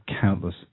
countless